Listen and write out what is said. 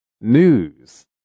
News